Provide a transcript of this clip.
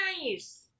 nice